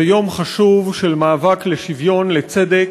זה יום חשוב של מאבק לשוויון, לצדק,